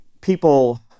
people